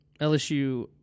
LSU